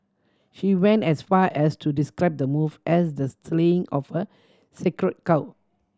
she went as far as to describe the move as the slaying of a sacred cow